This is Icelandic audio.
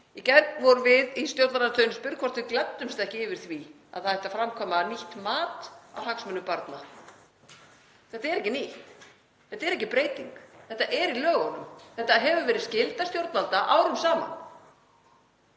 Í gær vorum við í stjórnarandstöðunni spurð hvort við gleddumst ekki yfir því að það ætti að framkvæma nýtt mat á hagsmunum barna. Þetta er ekki nýtt, þetta er ekki breyting, þetta er í lögunum og þetta hefur verið skylda stjórnvalda árum saman.